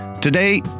Today